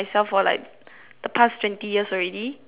the past twenty years already good enough